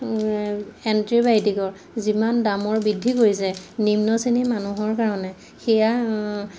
এণ্টিবায়'টিকৰ যিমান দামৰ বৃদ্ধি কৰিছে নিম্ন শ্ৰেণী মানুহৰ কাৰণে সেয়া